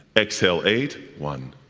exhale, eight one,